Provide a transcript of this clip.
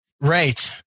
Right